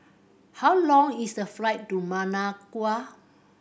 how long is the flight to Managua